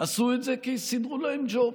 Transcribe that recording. עשו את זה כי סידרו להם ג'וב,